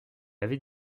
avait